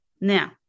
now